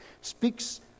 speaks